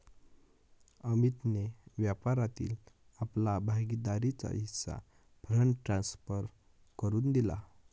अमितने व्यापारातील आपला भागीदारीचा हिस्सा फंड ट्रांसफर करुन दिला